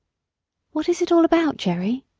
what is it all about, jerry?